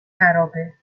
خرابه